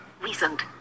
recent